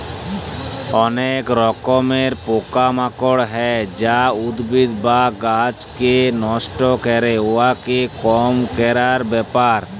অলেক রকমের পকা মাকড় হ্যয় যা উদ্ভিদ বা গাহাচকে লষ্ট ক্যরে, উয়াকে কম ক্যরার ব্যাপার